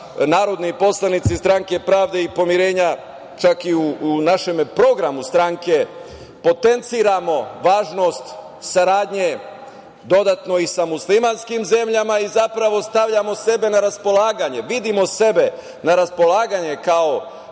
narodni poslanici SPP čak i u našem programu stranke, potenciramo važnost saradnje dodatno i sa muslimanskim zemljama i zapravo stavljamo sebe na raspolaganje. Vidimo sebe na raspolaganju kao